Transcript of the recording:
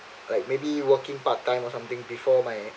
like maybe working part time or something before my